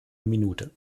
minute